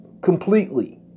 completely